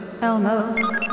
Elmo